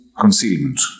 concealment